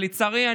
ולצערי,